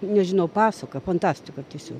nežinau pasaka fantastika tiesio